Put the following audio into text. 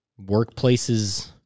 workplaces